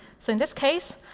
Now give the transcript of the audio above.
so in this case,